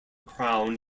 crown